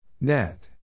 Net